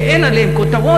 שאין עליהם כותרות,